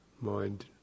Mind